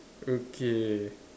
okay